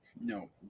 No